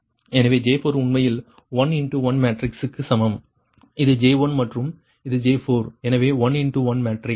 எனவே J4 உண்மையில் 1 into 1 மேட்ரிக்ஸ்க்கு சமம் இது J1 மற்றும் இது J4 எனவே 1 இன்டு 1 மேட்ரிக்ஸ்